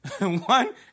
one